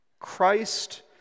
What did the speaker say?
Christ